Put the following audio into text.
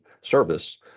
service